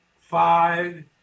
five